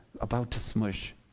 about-to-smush